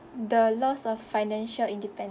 the loss of financial independence